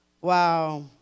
Wow